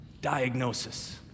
diagnosis